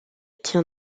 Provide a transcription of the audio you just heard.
tient